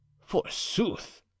Forsooth